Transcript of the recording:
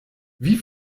wie